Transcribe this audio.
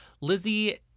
Lizzie